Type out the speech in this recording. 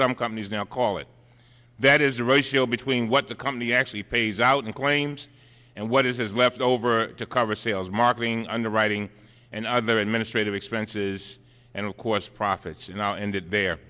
some companies now call it that is the ratio between what the company actually pays out in claims and what is left over to cover sales marketing underwriting and other administrative expenses and of course profits and ended the